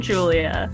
Julia